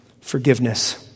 forgiveness